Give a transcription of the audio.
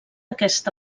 aquesta